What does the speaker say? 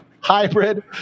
hybrid